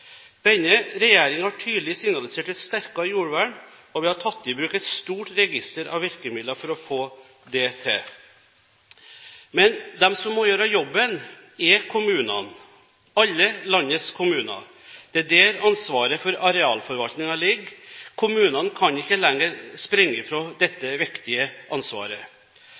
Denne regjeringen har tydelig signalisert et sterkere jordvern, og vi har tatt i bruk et stort register av virkemidler for å få det til. Men de som må gjøre jobben, er kommunene – alle landets kommuner. Det er der ansvaret for arealforvaltningen ligger. Kommunene kan ikke lenger springe fra dette viktige ansvaret.